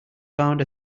found